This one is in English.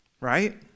right